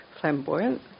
flamboyant